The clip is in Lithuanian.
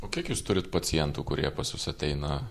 o kiek jūs turit pacientų kurie pas jus ateina